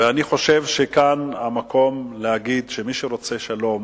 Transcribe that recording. ואני חושב שכאן המקום להגיד שמי שרוצה שלום